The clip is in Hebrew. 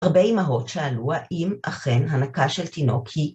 הרבה אמהות שאלו האם אכן הנקה של תינוק היא..